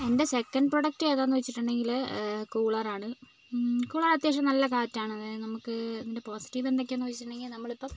എൻ്റെ second product ഏതാന്നു വെച്ചിട്ടുണ്ടെങ്കില് കൂളറാണ് കൂളർ അത്യാവശ്യം നല്ല കാറ്റാണ് അതായത് നമുക്ക് ഇതിൻ്റെ പോസിറ്റീവ് എന്തൊക്കെയാന്നുവെച്ചിട്ടുണ്ടെങ്കില് നമ്മളിപ്പം